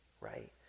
right